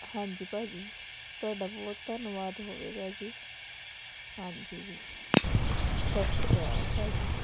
ਹਾਂਜੀ ਭਾਅ ਜੀ ਤੁਹਾਡਾ ਬਹੁਤ ਧੰਨਵਾਦ ਹੋਵੇਗਾ ਜੀ ਹਾਂਜੀ ਜੀ ਸਤਿ ਸ਼੍ਰੀ ਅਕਾਲ ਭਾਅ ਜੀ